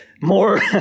more